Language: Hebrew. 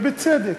ובצדק,